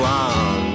on